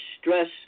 stress